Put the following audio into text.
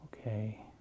Okay